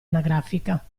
anagrafica